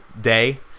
day